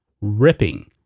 ripping